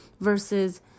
versus